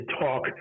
talk